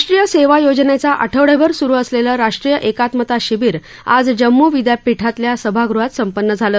राष्ट्रीय सेवा योजनेचा आठवडाभर स्रु असलेलं राष्ट्रीय एकात्मता शिबिर आज जम्मू विद्यापीठातल्या सभागृहात संपन्न झालं